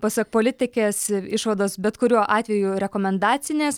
pasak politikės išvados bet kuriuo atveju rekomendacinės